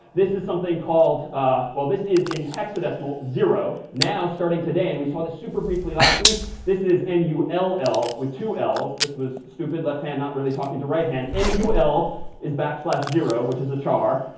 this is something called well, this is in hexadecimal zero. now, starting today and we saw the super briefly last week this is n u l l with two l's this was stupid left hand not really talking to right hand n u l is backslash zero, which is a char.